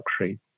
luxury